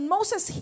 Moses